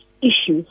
issues